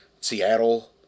Seattle